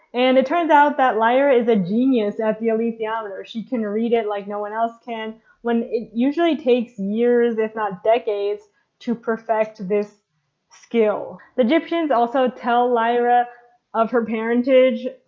and it turns out that lyra is a genius at the alitheometer. she can read it like no one else can when it usually takes years if not decades to perfect this skill. the gyptians also tell lyra of her parentage.